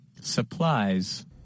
Supplies